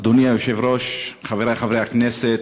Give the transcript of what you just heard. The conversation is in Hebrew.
אדוני היושב-ראש, חברי חברי הכנסת,